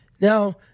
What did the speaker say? Now